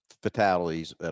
fatalities